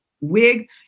wig